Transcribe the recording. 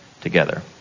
together